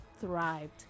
thrived